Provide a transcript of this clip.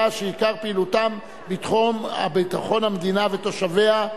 שעיקר פעילותן בתחום ביטחון המדינה ותושביה.